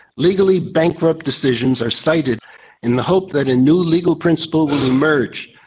legally bankrupt decisions are cited in the hope that a new legal principle will emerge,